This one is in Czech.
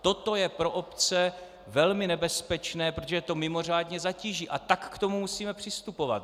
Toto je pro obce velmi nebezpečné, protože je to mimořádně zatíží, a tak k tomu musíme přistupovat.